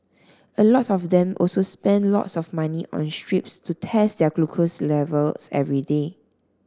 a lot of them also spend lots of money on strips to test their glucose levels every day